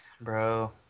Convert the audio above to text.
Bro